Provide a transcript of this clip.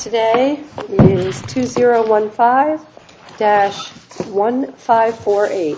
today two zero one five dash one five four